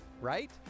right